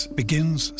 begins